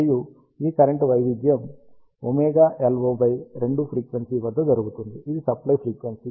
మరియు ఈ కరెంట్ వైవిధ్యం ωLO బై 2 ఫ్రీక్వెన్సీ వద్ద జరుగుతుంది ఇది సప్లై ఫ్రీక్వెన్సీ